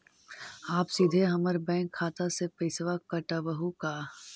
आप सीधे हमर बैंक खाता से पैसवा काटवहु का?